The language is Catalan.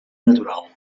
natural